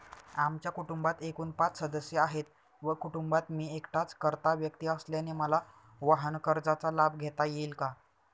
आमच्या कुटुंबात एकूण पाच सदस्य आहेत व कुटुंबात मी एकटाच कर्ता व्यक्ती असल्याने मला वाहनकर्जाचा लाभ घेता येईल का?